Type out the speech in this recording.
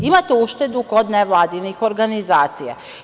Imate uštedu kod nevladinih organizacija.